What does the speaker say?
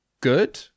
good